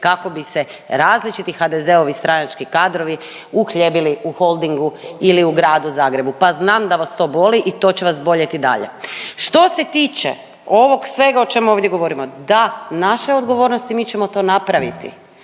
kako bi se različiti HDZ-ovi stranački kadrovi, uhljebili u Holdingu ili u Gradu Zagrebu pa znam da vas to boli i to će vas boljet i dalje. Što se tiče ovog svega o čemu ovdje govorimo, da naša je odgovornost i mi ćemo to napraviti.